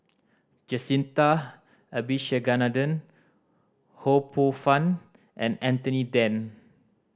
Jacintha Abisheganaden Ho Poh Fun and Anthony Then